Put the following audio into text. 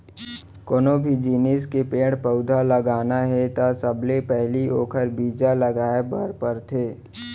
कोनो भी जिनिस के पेड़ पउधा लगाना हे त सबले पहिली ओखर बीजा लगाए बर परथे